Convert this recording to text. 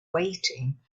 waiting